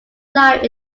life